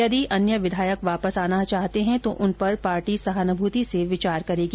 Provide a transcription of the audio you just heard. यदि अन्य विधायक वापस आना चाहते हैं तो उन पर पार्टी सहानुभूति से विचार करेगी